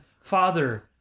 father